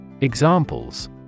Examples